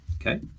okay